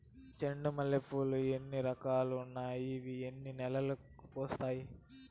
చెండు మల్లె పూలు లో ఎన్ని రకాలు ఉన్నాయి ఇవి ఎన్ని నెలలు పూస్తాయి